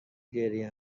گریه